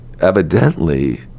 evidently